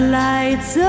lights